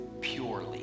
purely